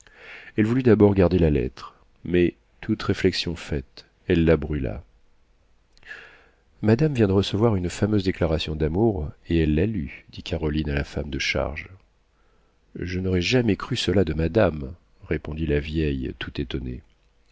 elle voulut d'abord garder la lettre mais toute réflexion faite elle la brûla madame vient de recevoir une fameuse déclaration d'amour et elle l'a lue dit caroline à la femme de charge je n'aurais jamais cru cela de madame répondit la vieille tout étonnée